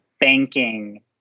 banking